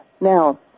Now